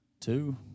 two